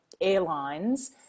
airlines